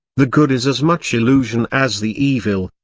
the good is as much illusion as the evil,